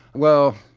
well,